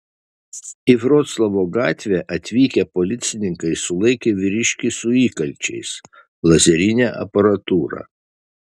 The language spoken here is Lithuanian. į vroclavo gatvę atvykę policininkai sulaikė vyriškį su įkalčiais lazerine aparatūra